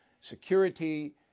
security